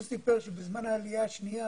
הוא סיפר שבזמן העלייה השנייה